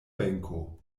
benko